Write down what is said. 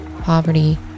poverty